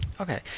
Okay